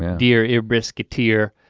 and dear ear biscuiteer,